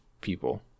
people